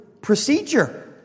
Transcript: procedure